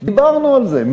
דיברנו על זה.